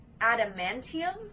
adamantium